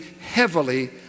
heavily